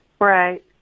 Right